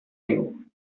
you